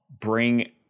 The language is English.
bring